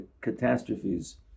catastrophes